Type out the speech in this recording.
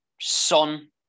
Son